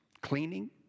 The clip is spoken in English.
cleaning